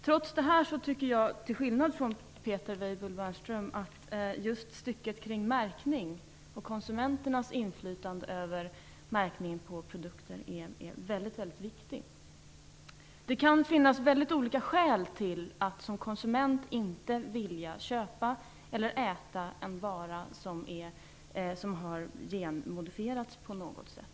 Trots det tycker jag, till skillnad från Peter Weibull Bernström, att just det stycke som handlar om märkning och konsumenternas inflytande över märkningen av produkter är väldigt viktigt. Det kan finnas olika skäl till att som konsument inte vilja köpa eller äta en vara som har genmodifierats på något sätt.